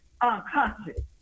unconscious